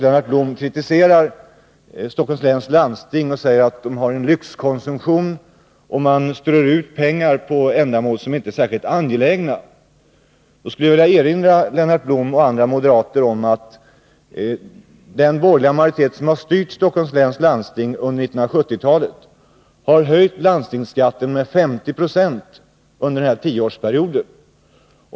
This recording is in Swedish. Lennart Blom kritiserar Stockholms läns landsting och säger att man där har en lyxkonsumtion, att man strör ut pengar på ändamål som inte är särskilt angelägna. Det är ett ganska märkligt uttalande. Jag skulle vilja erinra Lennart Blom och andra moderater om att den borgerliga majoritet som har styrt Stockholms läns landsting under 1970-talet har höjt landstingsskatten med 50 26 under denna tioårsperiod.